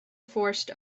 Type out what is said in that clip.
forced